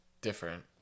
different